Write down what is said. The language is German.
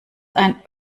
ein